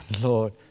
Lord